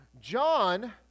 John